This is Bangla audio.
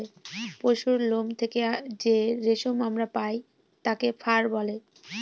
পশুরলোম থেকে যে রেশম আমরা পায় তাকে ফার বলে